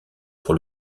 pour